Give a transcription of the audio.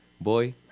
Boy